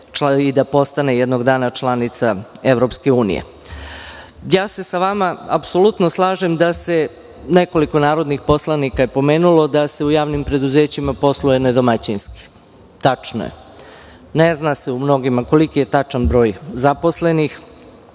i postane jednog dana članica EU.Apsolutno se slažem sa vama, nekoliko narodnih poslanika je pomenulo, da se u javnim preduzećima posluje nedomaćinski. Tačno je. Ne zna se u mnogima koliki je tačan broj zaposlenih,